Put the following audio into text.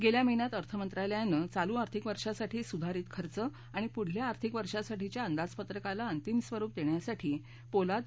गेल्या महिन्यात अर्थ मंत्रालयानं चालू आर्थिक वर्षासाठी सुधारित खर्च आणि पुढच्या आर्थिक वर्षासाठीच्या अंदाजपत्रकाला अंतिम स्वरूप देण्यासाठी पोलाद